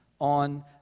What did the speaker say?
on